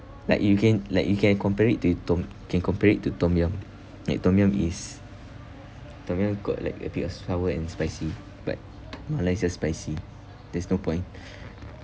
like you can like you can compare it to tom~ can compare it to tomyum like tomyum is tomyum got like a bit of sour and spicy but mala is just spicy there's no point